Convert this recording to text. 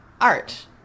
art